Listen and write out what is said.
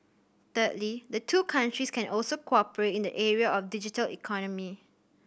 thirdly the two countries can also cooperate in the area of digital economy